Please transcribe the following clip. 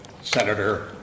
Senator